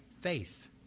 faith